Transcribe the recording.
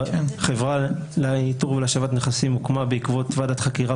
החברה לאיתור ולהשבת נכסים הוקמה בעקבות ועדת חקירה